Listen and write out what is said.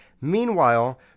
Meanwhile